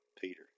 Peter